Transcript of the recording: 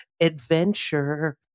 adventure